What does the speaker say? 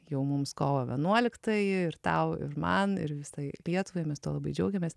jau mums kovo vienuoliktąjį ir tau ir man ir visai lietuvai mes tuo labai džiaugiamės